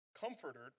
comforted